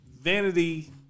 vanity